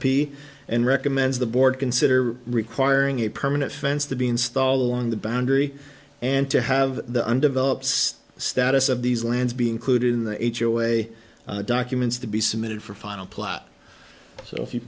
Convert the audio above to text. p and recommends the board consider requiring a permanent fence to be installed along the boundary and to have the undeveloped state status of these lands be included in the a t o way documents to be submitted for final plot so if you